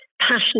passionate